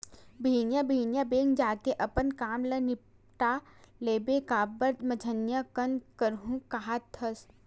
बिहनिया बिहनिया बेंक जाके अपन काम ल निपाट लेबे काबर मंझनिया कन करहूँ काहत हस